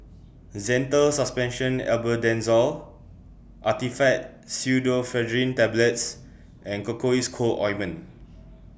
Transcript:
Zental Suspension Albendazole Actifed Pseudoephedrine Tablets and Cocois Co Ointment